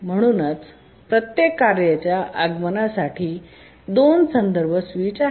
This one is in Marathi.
म्हणूनच प्रत्येक कार्याच्या आगमना साठी 2 संदर्भ स्विच आहेत